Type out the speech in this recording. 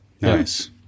Nice